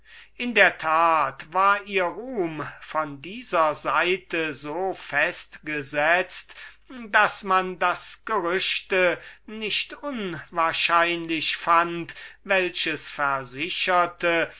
in der tat war ihr ruhm von dieser seite so festgesetzt daß man das gerücht nicht unwahrscheinlich fand welches versicherte